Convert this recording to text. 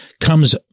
comes